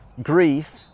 Grief